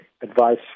advice